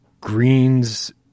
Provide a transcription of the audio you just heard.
Greens